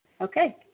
Okay